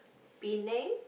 Penang